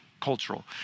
cultural